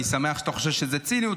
אני שמח שאתה חושב שזה ציניות,